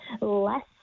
less